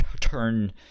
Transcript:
turn